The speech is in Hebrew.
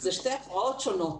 אלה שתי הפרעות שונות.